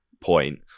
point